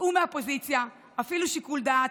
צאו מהפוזיציה, הפעילו שיקול דעת,